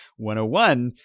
101